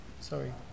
Sorry